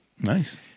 Nice